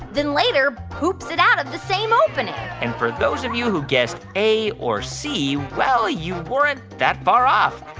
then later poops it out of the same opening and for those of you who guessed a or c, well, you weren't that far off.